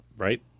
Right